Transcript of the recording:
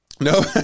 no